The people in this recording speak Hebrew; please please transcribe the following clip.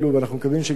ואנחנו מקווים שגם,